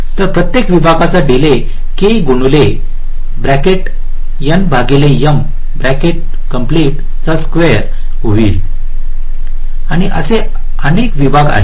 तर प्रत्येक विभागाचा डीले होईल आणि असे अनेक विभाग आहेत